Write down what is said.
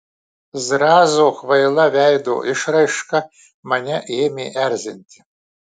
zrazo kvaila veido išraiška mane ėmė erzinti